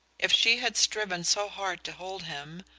if she had striven so hard to hold him,